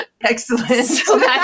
Excellent